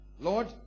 Lord